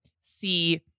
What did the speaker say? see